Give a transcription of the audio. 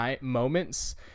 moments